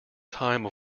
time